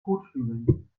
kotflügeln